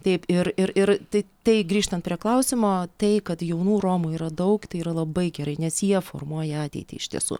taip ir ir ir tai tai grįžtant prie klausimo tai kad jaunų romų yra daug tai yra labai gerai nes jie formuoja ateitį iš tiesų